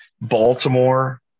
Baltimore